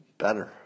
Better